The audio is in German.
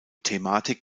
thematik